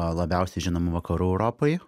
labiausiai žinoma vakarų europoj